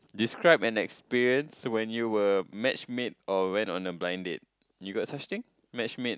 describe an experience when you were matchmade or went on a blind date you got such thing matchmade